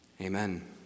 Amen